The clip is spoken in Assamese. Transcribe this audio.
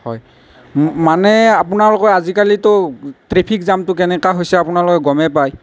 হয় মানে আপোনালোকৰ আজিকালিটো ট্ৰেফিক জামটো কেনেকা হৈছে আপোনালোকে গমেই পায়